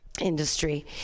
industry